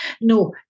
No